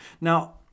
Now